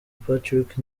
patrick